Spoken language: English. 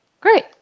Great